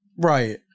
Right